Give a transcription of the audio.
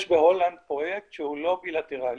יש בהולנד פרויקט שהוא לא בילטראלי,